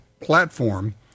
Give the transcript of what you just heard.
platform